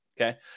Okay